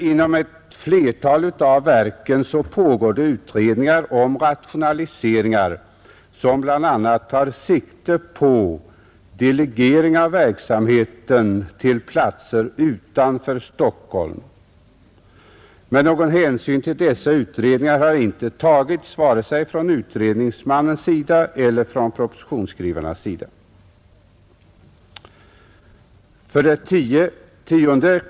Inom ett flertal av verken pågår det utredningar om rationaliseringar som bl a. tar sikte på delegering av verksamheten till platser utanför Stockholm, men någon hänsyn till dessa utredningar har inte tagits vare sig från utredningsmannens sida eller från propositionsskrivarnas sida, 10.